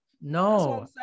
no